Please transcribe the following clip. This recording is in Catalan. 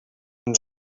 ens